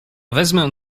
wezmę